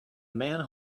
man